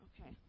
Okay